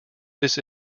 this